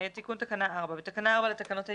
תיקון תקנה 4 בתקנה 4 לתקנות העיקריות: